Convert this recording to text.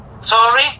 Sorry